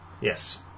Yes